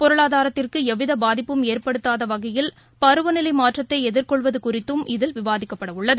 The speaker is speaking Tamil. பொருளாதாரத்திற்குஎவ்விதபாதிப்பும் ஏற்படுத்தாதவகையில் பருவநிலைமாற்றத்தைஎதிர்கெள்வதுகுறித்தும் இதில் விவாதிக்கப்படஉள்ளது